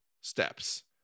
steps